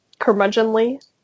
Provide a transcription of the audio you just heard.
curmudgeonly